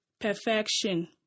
perfection